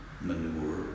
manure